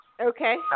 Okay